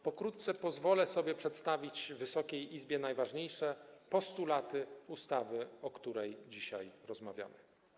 Pokrótce pozwolę sobie przedstawić Wysokiej Izbie najważniejsze postulaty ustawy, o której dzisiaj rozmawiamy.